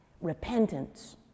Repentance